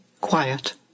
quiet